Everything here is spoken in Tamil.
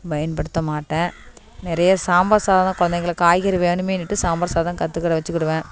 பயன்படுத்த மாட்டேன் நிறைய சாம்பார் சாதம் தான் கொழந்தைங்களுக்கு காய்கறி வேணுமேனுட்டு சாம்பார் சாதம் கற்றுக்கிட வச்சுக்கிடுவேன்